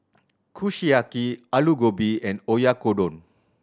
Kushiyaki Alu Gobi and Oyakodon